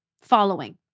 following